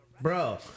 Bro